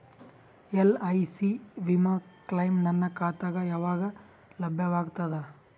LIC ವಿಮಾ claim ನನ್ನ ಖಾತಾಗ ಯಾವಾಗ ಲಭ್ಯವಾಗತದ?